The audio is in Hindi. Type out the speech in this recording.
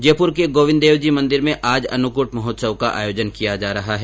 जयपुर के गोविन्द देवजी मन्दिर में आज अन्नकूट महोत्सव का आयोजन किया जा रहा है